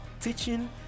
Teaching